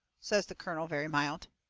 says the colonel, very mild.